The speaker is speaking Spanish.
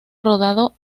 rodado